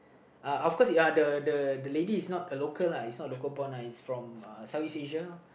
uh of course it uh the the the lady is not a local lah it's not a local born uh it's from uh Southeast-Asia lor